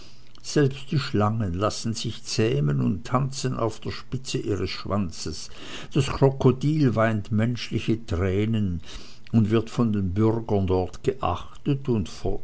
selbst die schlangen lassen sich zähmen und tanzen auf der spitze ihres schwanzes das krokodil weint menschliche tränen und wird von den bürgern dort geachtet und